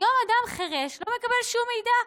היום אדם חירש לא מקבל שום מידע,